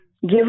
give